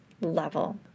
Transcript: level